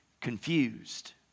confused